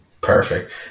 Perfect